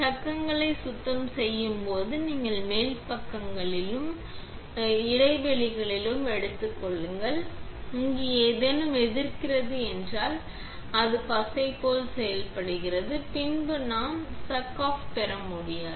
சக்கிகளை சுத்தம் செய்யும் போது நீங்கள் மேலே பக்கங்களிலும் பக்கங்களிலும் பக்கங்களிலும் பக்கங்களிலும் இடைவெளிகளையும் எடுத்துக் கொள்ளுங்கள் ஏனெனில் இங்கு ஏதேனும் எதிர்க்கிறது என்றால் அது பசை போல செயல்படுகிறது பின்னர் நாம் சக் ஆஃப் பெற முடியாது